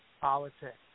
politics